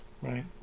Right